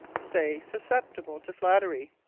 say, susceptible to flattery.